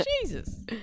Jesus